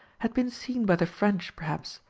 had been seen by the french perhaps,